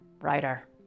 writer